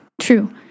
True